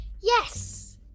Yes